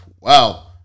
Wow